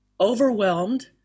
overwhelmed